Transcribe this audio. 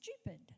stupid